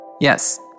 Yes